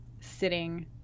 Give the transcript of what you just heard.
sitting